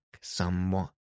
somewhat